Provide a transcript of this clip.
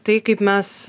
tai kaip mes